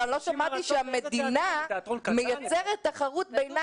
אבל אני לא שמעתי שהמדינה מייצרת תחרות בינה